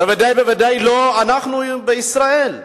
בוודאי ובוודאי לא החברה בישראל.